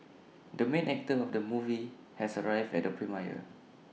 the main actor of the movie has arrived at the premiere